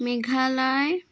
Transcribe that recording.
Meghalaya